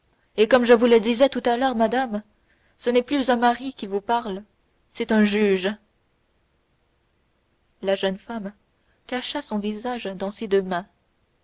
et comme je vous le disais tout à l'heure madame ce n'est plus un mari qui vous parle c'est un juge la jeune femme cacha son visage dans ses deux mains